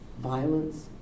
violence